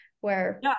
where-